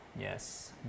Yes